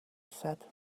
said